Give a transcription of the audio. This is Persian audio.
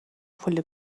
پول